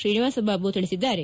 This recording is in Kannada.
ಶ್ರೀನಿವಾಸ ಬಾಬು ತಿಳಿಸಿದ್ದಾರೆ